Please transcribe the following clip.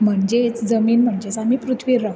म्हणजेच जमीन म्हणजेच आमी पृथ्वीर रावतात